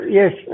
yes